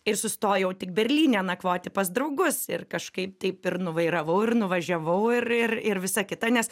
ir sustojau tik berlyne nakvoti pas draugus ir kažkaip taip ir nuvairavau ir nuvažiavau ir ir ir visa kita nes